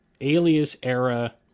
alias-era